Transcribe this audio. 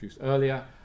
earlier